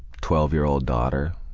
twelve year old daughter,